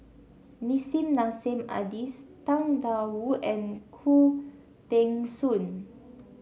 Nissim Nassim Adis Tang Da Wu and Khoo Teng Soon